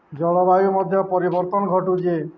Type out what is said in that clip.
ଜଳବାୟୁ ମଧ୍ୟ ପରିବର୍ତ୍ତନ୍ ଘଟୁଚେ